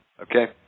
Okay